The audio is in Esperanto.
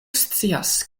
scias